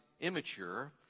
immature